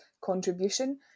contribution